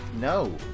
No